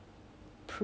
there's different ways